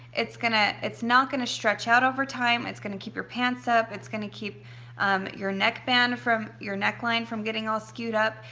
it's gonna it's not gonna stretch out over time. it's gonna keep your pants up. it's gonna keep your neck band from, your neckline from being all skewed up.